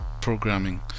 programming